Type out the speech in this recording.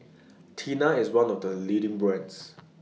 Tena IS one of The leading brands